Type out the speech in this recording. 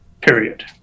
period